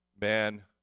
man